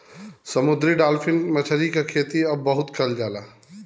समुंदरी डालफिन मछरी के खेती अब बहुते करल जाला